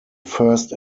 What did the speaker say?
first